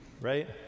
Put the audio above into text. right